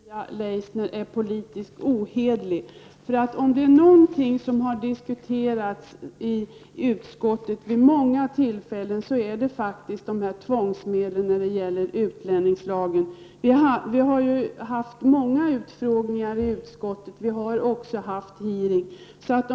Herr talman! Jag tycker faktist att Maria Leissner är politiskt ohederlig. Om det är någonting som har diskuterats i utskottet vid många tillfällen så är det faktiskt tvångsmedlen när det gäller utlänningslagen. Vi har ju haft många utfrågningar i utskottet, och vi har också haft en hearing.